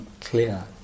clear